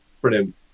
Brilliant